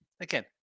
Again